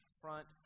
front